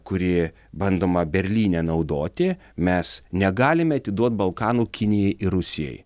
kuri bandoma berlyne naudoti mes negalime atiduot balkanų kinijai ir rusijai